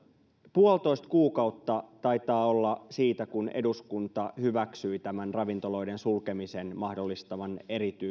puolitoista kuukautta taitaa olla siitä kun eduskunta hyväksyi tämän ravintoloiden sulkemisen mahdollistavan